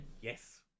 Yes